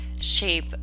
shape